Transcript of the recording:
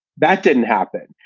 that didn't happen.